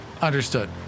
Understood